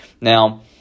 Now